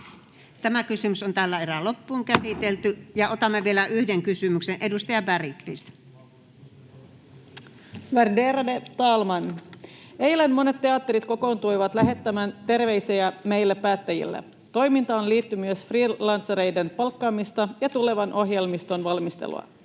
kysymys teattereiden koronatukimallista (Sandra Bergqvist r) Time: 16:57 Content: Värderade talman! Eilen monet teatterit kokoontuivat lähettämään terveisiä meille päättäjille. Toimintaan liittyy myös freelancereiden palkkaamista ja tulevan ohjelmiston valmistelua.